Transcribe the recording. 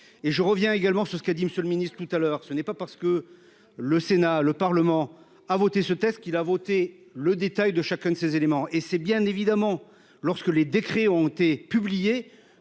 et je reviens également sur ce qu'a dit Monsieur le Ministre tout à l'heure, ce n'est pas parce que le Sénat, le Parlement a voté ce texte qu'il a voté le détail de chacun de ces éléments et c'est bien évidemment lorsque les décrets ont été publiés